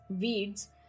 weeds